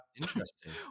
Interesting